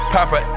Papa